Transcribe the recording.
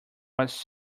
was